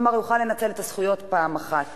כלומר הוא יוכל לנצל את הזכויות פעם אחת.